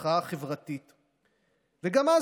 את האזיקון האלקטרוני על בן הזוג ואצל וופא,